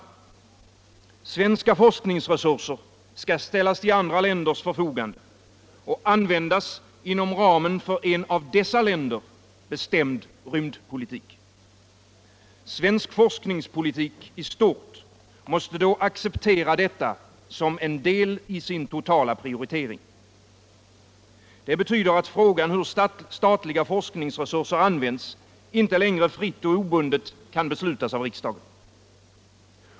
Svenska forskningsresurser skall ställas till andra länders förfogande och användas inom ramen för en av dessa länder bestämd rymdpolitik. Svensk forskningspolitik i stort måste då acceptera detta som en del i sin totala prioritering. Det betyder att hur statliga forskningsresurser skall användas inte längre fritt och obundet kan beslutas av riksdagen.